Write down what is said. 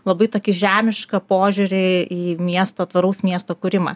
labai tokį žemišką požiūrį į miesto tvaraus miesto kūrimą